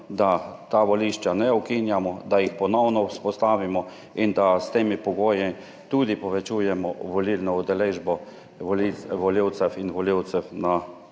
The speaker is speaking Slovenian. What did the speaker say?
da ta volišča ne ukinjamo, da jih ponovno vzpostavimo in da s temi pogoji tudi povečujemo volilno udeležbo volivcev in volivcev na